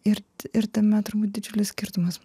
ir ir tame turbūt didžiulis skirtumas